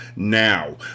Now